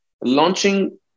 launching